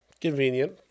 Convenient